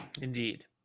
Indeed